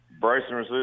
Bryson